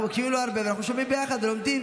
אנחנו מקשיבים לו הרבה ואנחנו שומעים ביחד ולומדים,